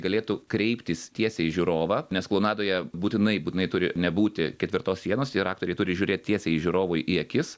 galėtų kreiptis tiesiai į žiūrovą nes klounadoje būtinai būtinai turi nebūti ketvirtos sienos ir aktoriai turi žiūrėt tiesiai žiūrovui į akis